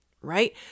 Right